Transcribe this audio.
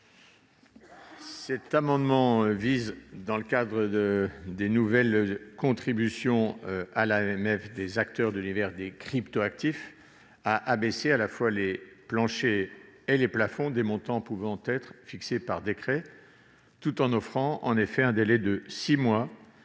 Cet amendement vise, dans le cadre des nouvelles contributions à l'AMF des acteurs de l'univers des crypto-actifs, à abaisser à la fois les planchers et les plafonds des montants pouvant être fixés par décret, tout en offrant un délai de six mois